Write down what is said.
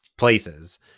Places